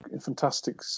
fantastic